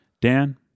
Dan